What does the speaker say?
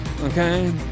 Okay